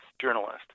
journalist